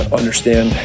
understand